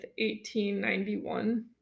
1891